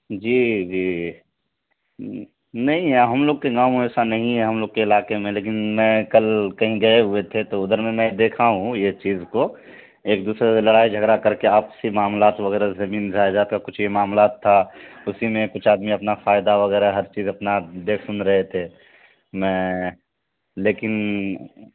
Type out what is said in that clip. جی جی نہیں ہم لوگ کے گاؤں ایسا نہیں ہے ہم لوگ کے علاقے میں لیکن میں کل کہیں گئے ہوئے تھے تو ادھر میں میں دیکھا ہوں یہ چیز کو ایک دوسرے لڑائی جھگڑا کر کے آپسی معاملات وغیرہ زمین جائیداد کا کچھ یہ معاملات تھا اسی میں کچھ آدمی اپنا فائدہ وغیرہ ہر چیز اپنا دیکھ سن رہے تھے میں لیکن